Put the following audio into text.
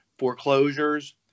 foreclosures